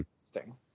interesting